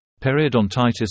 periodontitis